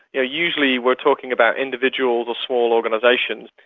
yeah usually we're talking about individuals or small organisations,